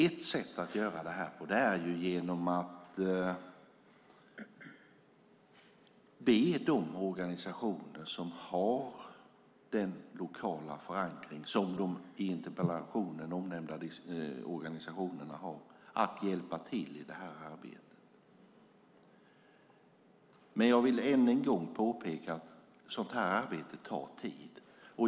Ett sätt att göra detta är att be de organisationer som har den lokala förankring som de i interpellationen omnämnda organisationerna har att hjälpa till i detta arbete. Jag vill än en gång påpeka att sådant arbete tar tid.